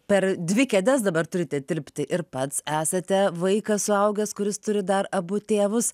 per dvi kėdes dabar turite tilpti ir pats esate vaikas suaugęs kuris turi dar abu tėvus